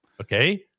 okay